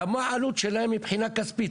גם מה העלות שלהם מבחינה כספית,